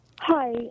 Hi